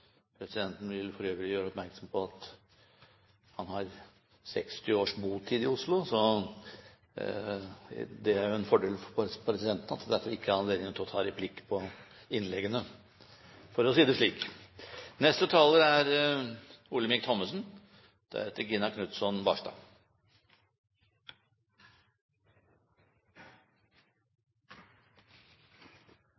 Presidenten vil for øvrig gjøre oppmerksom på at han har 60 års botid i Oslo, så det er jo en fordel for presidenten at det ikke er anledning til å ta replikk på innleggene, for å si det slik!